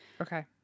Okay